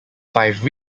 five